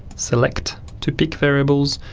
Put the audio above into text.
select to pick variables,